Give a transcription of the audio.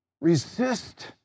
resist